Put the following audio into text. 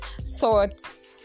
thoughts